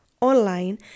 online